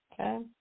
Okay